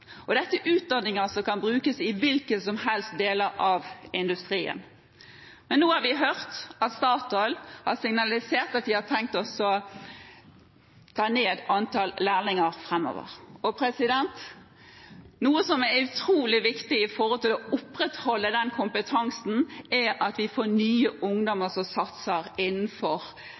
hvilken som helst del av industrien. Men nå har vi hørt at Statoil har signalisert at de har tenkt å redusere antall lærlinger framover. Noe som er utrolig viktig for å opprettholde den kompetansen, er at vi får nye ungdommer som satser innenfor